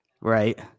Right